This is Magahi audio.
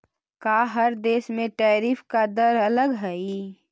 का हर देश में टैरिफ का दर अलग हई